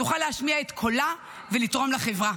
תוכל להשמיע את קולה ולתרום לחברה.